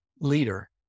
leader